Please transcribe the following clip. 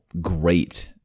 great –